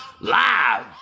Live